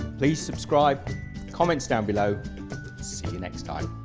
please subscribe comments down below see you next time